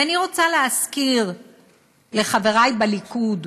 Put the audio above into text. ואני רוצה להזכיר לחברי בליכוד,